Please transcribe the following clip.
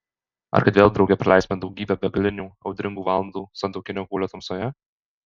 ar kad vėl drauge praleisime daugybę begalinių audringų valandų santuokinio guolio tamsoje